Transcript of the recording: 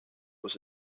was